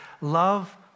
love